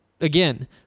Again